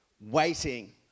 waiting